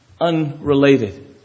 unrelated